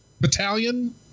Battalion